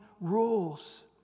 rules